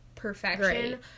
perfection